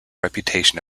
reputation